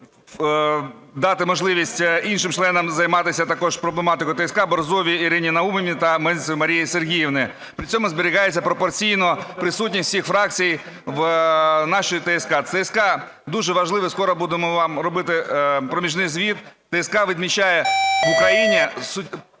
дати можливість іншим членам займатися також проблематикою ТСК – Борзовій Ірині Наумівні та Мезенцевій Марії Сергіївні. При цьому зберігається пропорційно присутність усіх фракцій в нашій ТСК. ТСК дуже важлива, скоро будемо вам робити проміжний звіт. ТСК відмічає: в Україні